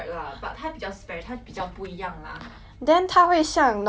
then 他会像 normal mooncake 的味道 mah 还是不一样